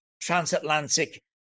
transatlantic